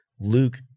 Luke